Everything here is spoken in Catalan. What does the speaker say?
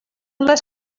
les